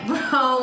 Bro